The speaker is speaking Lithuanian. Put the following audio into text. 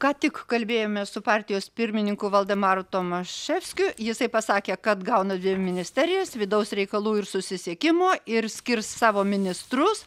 ką tik kalbėjomės su partijos pirmininku voldemaru tomaševskiu jisai pasakė kad gauna dvi ministerijas vidaus reikalų ir susisiekimo ir skirs savo ministrus